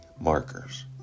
markers